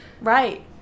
right